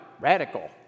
radical